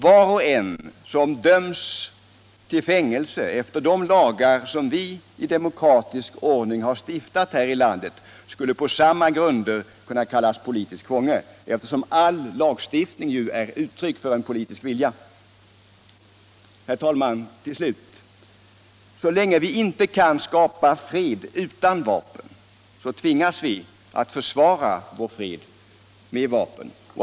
Var och en som döms till fängelse efter de lagar som vi i demokratisk ordning stiftat här i landet skulle på samma grunder kunna kallas politisk fånge, eftersom all lagstiftning är uttryck för en politisk vilja. Herr talman! Till slut: Så länge vi inte kan skapa fred utan vapen tvingas vi att försvara vår fred med vapen.